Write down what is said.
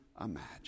imagine